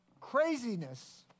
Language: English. craziness